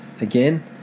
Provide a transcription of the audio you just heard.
again